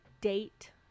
date